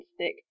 stick